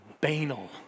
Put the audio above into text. banal